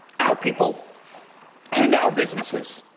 our people and our businesses.